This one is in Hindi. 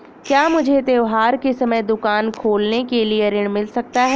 क्या मुझे त्योहार के समय दुकान खोलने के लिए ऋण मिल सकता है?